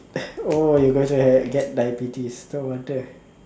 oh you are going to have get diabetes no wonder